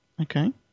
Okay